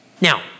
Now